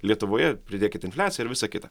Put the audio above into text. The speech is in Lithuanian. lietuvoje pridėkit infliaciją ir visa kita